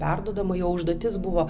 perduodama jo užduotis buvo